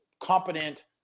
competent